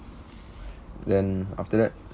then after that